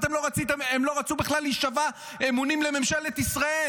הם לא רצו בכלל להישבע אמונים לממשלת ישראל.